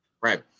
Right